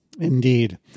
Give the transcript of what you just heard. Indeed